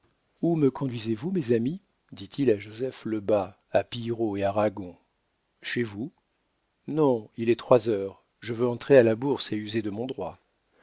où me conduisez-vous mes amis dit-il à joseph lebas à pillerault et à ragon chez vous non il est trois heures je veux entrer à la bourse et user de mon droit